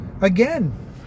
again